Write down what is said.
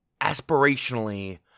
aspirationally